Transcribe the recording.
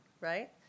right